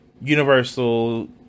Universal